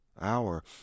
hour